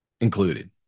included